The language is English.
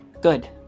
good